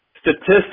statistics